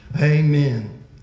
Amen